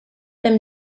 them